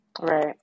Right